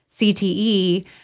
CTE